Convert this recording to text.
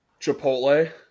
Chipotle